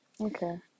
Okay